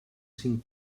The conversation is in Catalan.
cinc